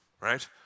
right